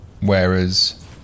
Whereas